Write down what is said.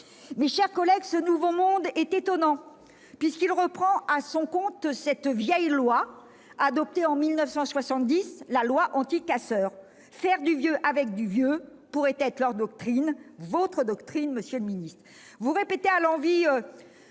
Mes chers collègues, ce nouveau monde est étonnant : il reprend à son compte une vieille loi adoptée en 1970, la loi anti-casseurs. Faire du vieux avec du vieux pourrait être leur doctrine, votre doctrine, monsieur le ministre